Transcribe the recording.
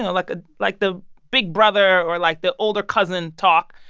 and like, a like, the big brother or, like, the older cousin talk.